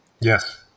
Yes